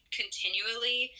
continually